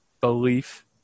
belief